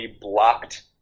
blocked